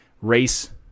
race